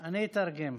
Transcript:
מותר, אני אתרגם.